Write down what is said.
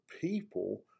people